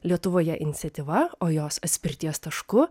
lietuvoje iniciatyva o jos atspirties tašku